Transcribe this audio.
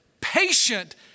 patient